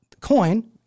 coin